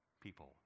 people